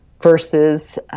versus –